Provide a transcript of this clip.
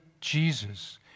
Jesus